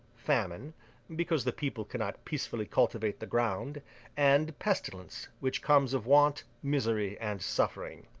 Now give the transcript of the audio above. famine because the people cannot peacefully cultivate the ground and pestilence, which comes of want, misery, and suffering.